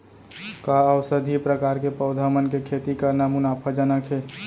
का औषधीय प्रकार के पौधा मन के खेती करना मुनाफाजनक हे?